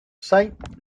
saint